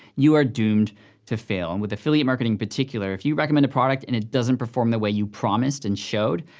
you are doomed to fail, and with affiliate marketing in particular, if you recommend a product and it doesn't perform the way you promised and showed,